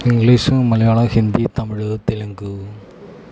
English Malayalam Hindi Tamil Telugu